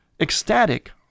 ecstatic